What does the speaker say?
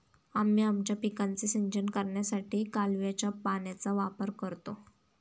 आम्ही आमच्या पिकांचे सिंचन करण्यासाठी कालव्याच्या पाण्याचा वापर करतो